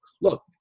look